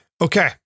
Okay